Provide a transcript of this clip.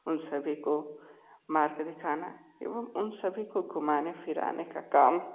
उन सभी को मार्ग दिखाना एवं उन सभी को घुमाने फिराने का काम